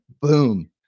Boom